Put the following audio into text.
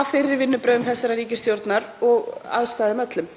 af fyrri vinnubrögðum þessarar ríkisstjórnar og aðstæðum öllum.